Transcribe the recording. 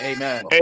Amen